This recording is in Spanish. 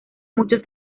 muchos